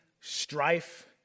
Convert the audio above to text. strife